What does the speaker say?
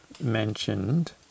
mentioned